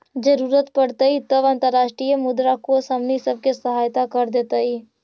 जरूरत पड़तई तब अंतर्राष्ट्रीय मुद्रा कोश हमनी सब के सहायता कर देतई